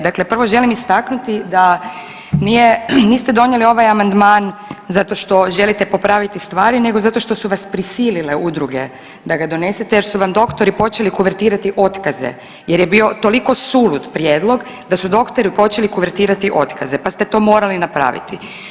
Dakle, prvo želim istaknuti da niste donijeli ovaj amandman zato što želite popraviti stvari nego zato što su vas prisilile udruge da ga donesete jer su vam doktori počeli kuvertirati otkaze jer je bio toliko sulud prijedlog da su doktori počeli kuvertirati otkaze pa ste to morali napraviti.